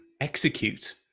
execute